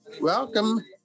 Welcome